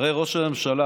הרי ראש הממשלה